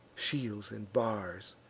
shields, and bars,